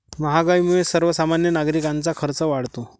महागाईमुळे सर्वसामान्य नागरिकांचा खर्च वाढतो